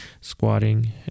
squatting